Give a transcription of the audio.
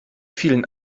vielen